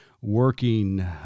working